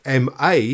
MA